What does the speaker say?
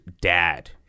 dad